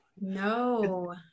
No